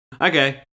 Okay